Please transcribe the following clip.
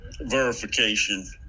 verification